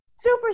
Super